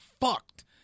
fucked